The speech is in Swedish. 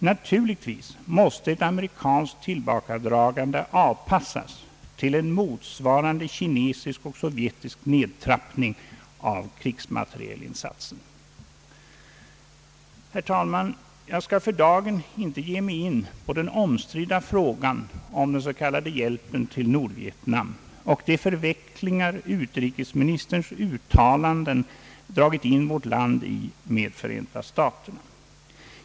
Naturligtvis måste ett amerikanskt tillbakadragande avpassas till en motsvarande kinesisk och sovjetisk nedtrappning av krigsmaterielinsatsen. Herr talman, jag skall för dagen inte ge mig in på den omstridda frågan om den s.k. hjälpen till Nordvietnam och de förvecklingar utrikesministerns uttalanden dragit in vårt land i med Förenta staterna.